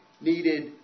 needed